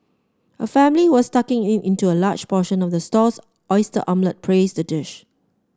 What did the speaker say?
a family was tucking in into a large portion of the stall's oyster omelette praised the dish